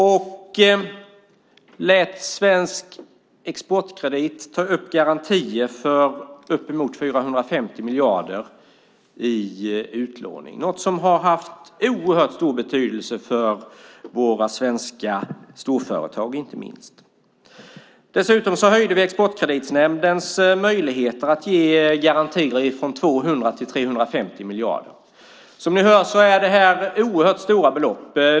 Vi lät Svensk Exportkredit ta upp garantier för uppemot 450 miljarder i utlåning. Det här har haft utomordentligt stor betydelse för inte minst våra svenska storföretag. Dessutom höjde vi Exportkreditnämndens möjligheter att ge garantier från 200 till 350 miljarder. Som ni hör är det fråga om oerhört stora belopp.